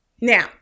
now